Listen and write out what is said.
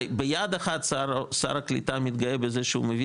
הרי ביד אחת שר הקלטה מתגאה בזה שהוא מביא